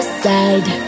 side